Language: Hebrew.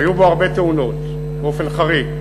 היו בו הרבה תאונות, באופן חריג.